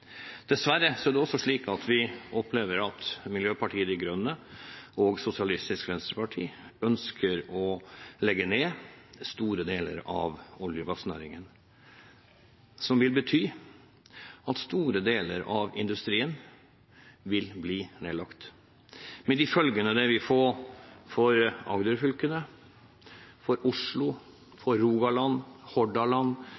Dessverre er det også slik at vi opplever at Miljøpartiet De Grønne og Sosialistisk Venstreparti ønsker å legge ned store deler av olje- og gassnæringen. Det vil bety at store deler av industrien vil bli nedlagt, med de følgene det vil få for Agderfylkene, Oslo, Rogaland, Hordaland,